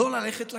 לא ללכת לכלא.